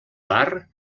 bar